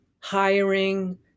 hiring